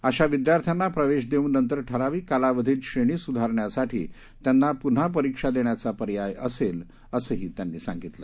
अशा विद्यार्थ्यांना प्रवेश देऊन नंतर ठराविक कालावधीत श्रेणी सुधाराण्यासाठी त्यांना पुन्हा परिक्षा देण्याचा पर्याय असेल असंही त्यांनी सांगितलं